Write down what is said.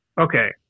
Okay